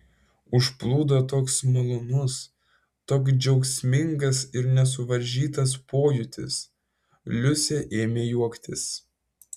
užplūdo toks malonus toks džiaugsmingas ir nesuvaržytas pojūtis liusė ėmė juoktis